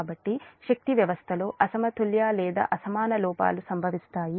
కాబట్టి శక్తి వ్యవస్థలో అసమతుల్య లేదా అసమాన లోపాలు సంభవిస్తాయి